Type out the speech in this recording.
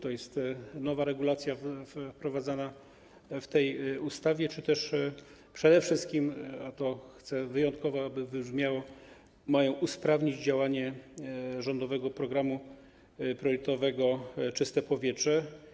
To jest nowa regulacja wprowadzana w tej ustawie, czy też przede wszystkim - a to chcę wyjątkowo, aby wybrzmiało - ma to usprawnić działanie rządowego programu priorytetowego „Czyste powietrze”